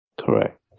Correct